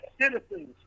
citizens